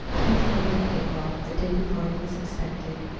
keith came in april. the day before he was expected,